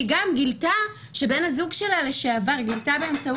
שגילתה מחיפוש בפלאפון שלו שהבן זוג שלה לשעבר מפיץ